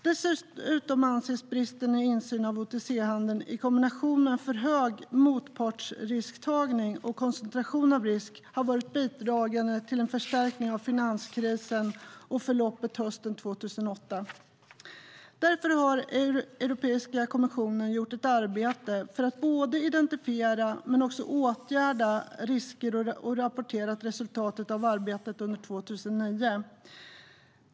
Dessutom anses bristen på insyn i OTC-handeln i kombination med för hög motpartsrisktagning och koncentration av risk ha bidragit till att förstärka finanskrisen och förloppet hösten 2008. Därför har Europeiska kommissionen gjort ett arbete för att både identifiera och åtgärda risker samt rapportera resultatet av arbetet under 2009.